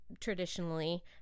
traditionally